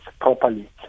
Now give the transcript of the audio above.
properly